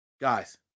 Guys